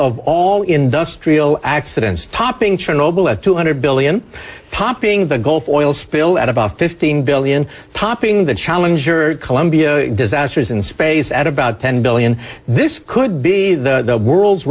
of all industrial accidents topping chernobyl at two hundred billion topping the gulf oil spill at about fifteen billion topping the challenger columbia disasters in space at about ten billion this could be the world's